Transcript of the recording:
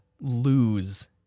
lose